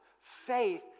faith